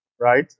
right